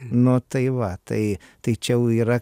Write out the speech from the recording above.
nu tai va tai tai čia jau yra